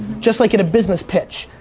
just like in a business pitch.